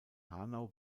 hanau